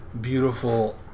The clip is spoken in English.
beautiful